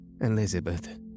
Elizabeth